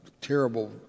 terrible